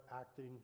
acting